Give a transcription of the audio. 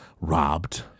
robbed